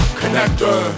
connector